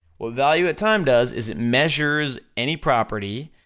what value at time does, is it measures any property,